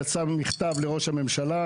יצא מכתב לראש הממשלה,